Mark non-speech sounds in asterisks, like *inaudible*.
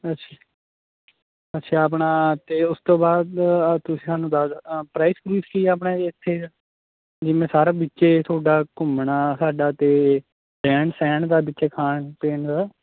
ਅੱਛਾ ਅੱਛਾ ਆਪਣਾ ਅਤੇ ਉਸ ਤੋਂ ਬਾਅਦ ਤੁਸੀਂ ਸਾਨੂੰ ਦੱਸ *unintelligible* ਪਰਾਇਜ਼ ਪਰੂਇਜ਼ ਕੀ ਹੈ ਆਪਣਾ ਇੱਥੇ ਦਾ ਜਿਵੇਂ ਸਾਰਾ ਵਿੱਚ ਤੁਹਾਡਾ ਘੁੰਮਣਾ ਸਾਡਾ ਅਤੇ ਰਹਿਣ ਸਹਿਣ ਦਾ ਵਿੱਚ ਖਾਣ ਪੀਣ ਦਾ